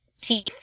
teeth